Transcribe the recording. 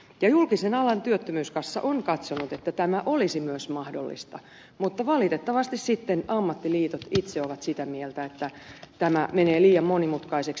julkisen alan työttömyyskassa on katsonut että tämä olisi myös mahdollista mutta valitettavasti sitten ammattiliitot itse ovat sitä mieltä että tämä menee liian monimutkaiseksi